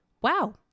wow